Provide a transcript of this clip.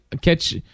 catch